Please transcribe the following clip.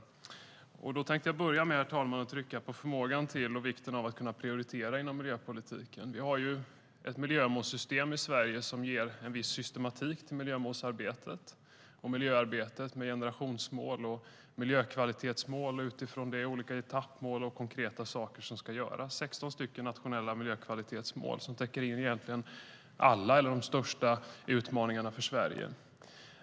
Då vill jag börja med, herr talman, att trycka på förmågan till och vikten av att kunna prioritera inom miljöpolitiken. Vi har ett miljömålssystem i Sverige som ger en viss systematik i miljömålsarbetet och miljöarbetet med generationsmål och miljökvalitetsmål och utifrån detta olika etappmål och konkreta saker som ska göras. Det är 16 nationella miljökvalitetsmål som täcker in de största utmaningarna för Sverige.